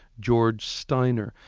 george steiner.